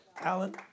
Alan